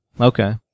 Okay